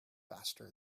faster